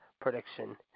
prediction